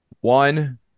one